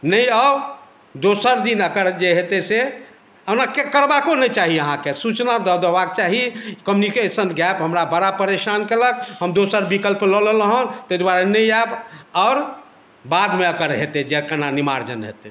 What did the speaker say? नहि आउ दोसर दिन एकर जे हेतै से ओना से करबाको नहि चाही अहाँकेँ सूचना दऽ देबाके चाही कम्युनिकेशन गैप हमरा बड़ा परेशान केलक हम दोसर विकल्प लऽ लेलहुँ हँ ताहि दुआरे नहि आयब आओर बादमे एकर हेतै जे केना निमार्जन हेतै